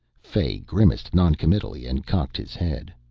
fay grimaced noncommittally and cocked his head.